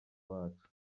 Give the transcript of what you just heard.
bacu